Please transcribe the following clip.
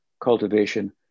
cultivation